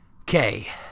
Okay